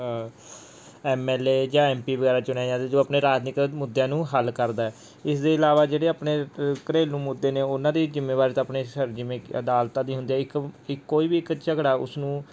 M L A ਜਾਂ M P ਵਗੈਰਾ ਚੁਣਿਆ ਜਾਂਦਾ ਜੋ ਆਪਣੇ ਰਾਜਨੀਤਿਕ ਮੁੱਦਿਆਂ ਨੂੰ ਹੱਲ ਕਰਦਾ ਇਸ ਦੇ ਇਲਾਵਾ ਜਿਹੜੇ ਆਪਣੇ ਘਰੇਲੂ ਮੁੱਦੇ ਨੇ ਉਹਨਾਂ ਦੀ ਜ਼ਿੰਮੇਵਾਰੀ ਤਾਂ ਆਪਣੇ ਸ ਜਿਵੇਂ ਅਦਾਲਤਾਂ ਦੀ ਹੁੰਦੀ ਹੈ ਇੱਕ ਇੱਕ ਕੋਈ ਵੀ ਇੱਕ ਝਗੜਾ ਉਸ ਨੂੰ